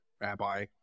Rabbi